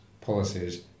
policies